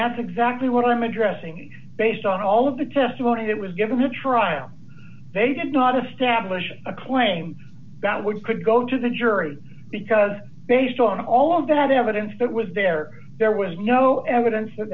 that's exactly what i'm addressing based on all of the testimony that was given to trial they did not establish a claim that would could go to the jury because based on all of that evidence that was there there was no evidence that